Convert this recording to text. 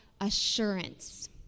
assurance